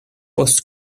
post